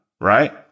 right